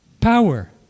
power